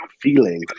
feeling